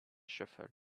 shuffle